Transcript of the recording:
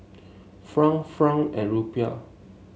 franc franc and Rupiah